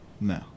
no